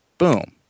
Boom